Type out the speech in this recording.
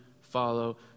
follow